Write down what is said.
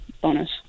bonus